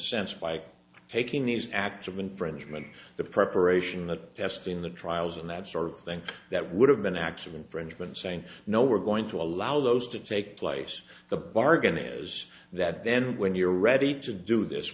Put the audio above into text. sense by taking these acts of infringement the preparation of testing the trials and that sort of thing that would have been actual infringement saying no we're going to allow those to take place the bargain is that then when you're ready to do this